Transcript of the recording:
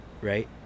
right